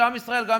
שגם עם ישראל ישמע.